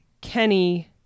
Kenny